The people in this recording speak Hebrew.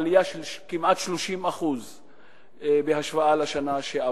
עלייה של כמעט 30% בהשוואה לשנה שעברה.